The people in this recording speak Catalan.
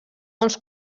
uns